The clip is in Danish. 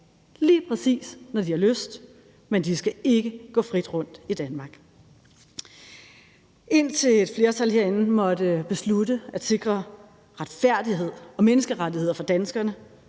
lige præcis når de har lyst, men de skal ikke gå frit rundt i Danmark. Indtil et flertal herinde måtte beslutte at sikre retfærdighed og menneskerettigheder for danskerne